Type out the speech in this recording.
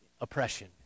Oppression